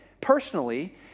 personally